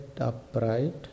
upright